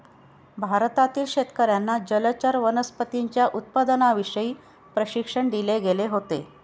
भारतातील शेतकर्यांना जलचर वनस्पतींच्या उत्पादनाविषयी प्रशिक्षण दिले गेले होते